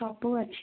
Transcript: ସବୁ ଅଛି